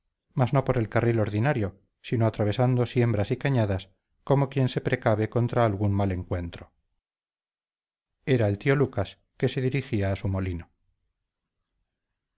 mas no por el carril ordinario sino atravesando siembras y cañadas como quien se precave contra algún mal encuentro era el tío lucas que se dirigía a su molino